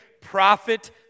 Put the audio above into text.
prophet